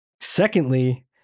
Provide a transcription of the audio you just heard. Secondly